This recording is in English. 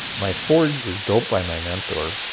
my forge was built by my mentor.